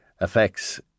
affects